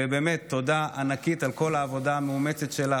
ובאמת תודה ענקית על כל העבודה המאומצת שלך,